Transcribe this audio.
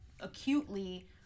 acutely